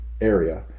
area